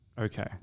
Okay